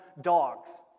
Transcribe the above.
dogs